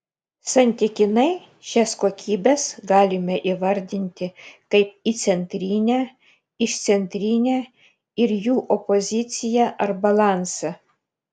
santykinai šias kokybes galime įvardinti kaip įcentrinę išcentrinę ir jų opoziciją ar balansą